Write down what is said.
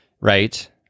right